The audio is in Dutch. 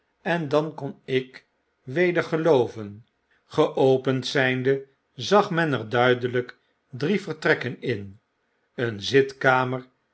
en dan kon ik weder gelooven geopend zjjnde zag men er duidelp drie vertrekken in een zitkamer